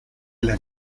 las